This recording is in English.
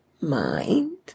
Mind